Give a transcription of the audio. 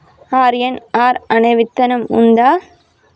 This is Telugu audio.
ఆర్.ఎన్.ఆర్ అనే విత్తనం ఉందా?